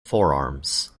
forearms